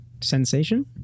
Sensation